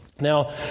Now